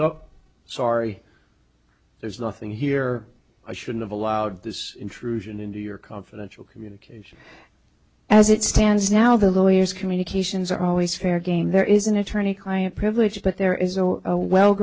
are sorry there's nothing here i should have allowed this intrusion into your confidential communication as it stands now the lawyers communications are always fair game there is an attorney client privilege but there is